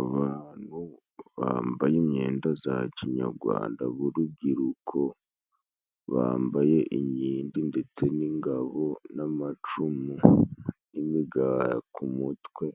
Abantu bambaye imyenda za kinyagwanda b'urubyiruko, bambaye inkindi ndetse n'ingabo n'amacumu n'imigara ku mutwe,